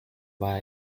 war